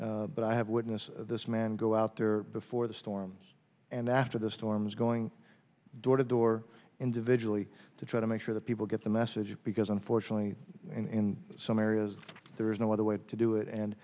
but i have witnessed this man go out there before the storms and after the storms going door to door individually to try to make sure that people get the message because unfortunately in some areas there is no other way to do it and